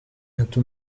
ati